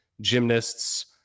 gymnasts